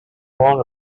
wrong